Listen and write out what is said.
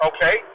Okay